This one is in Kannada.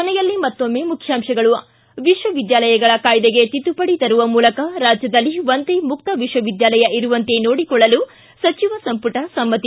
ಕೊನೆಯಲ್ಲಿ ಮತ್ತೊಮ್ನೆ ಮುಖ್ಯಾಂಶಗಳು ಿ ವಿಶ್ವವಿದ್ಯಾಲಯಗಳ ಕಾಯಿದೆಗೆ ತಿದ್ದುಪಡಿ ತರುವ ಮೂಲಕ ರಾಜ್ಯದಲ್ಲಿ ಒಂದೇ ಮುಕ್ತ ವಿಶ್ವವಿದ್ಯಾಲಯ ಇರುವಂತೆ ನೋಡಿಕೊಳ್ಳಲು ಸಚಿವ ಸಂಪಟ ಸಮ್ಮತಿ